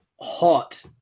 hot